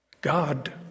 God